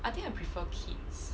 I think I prefer kids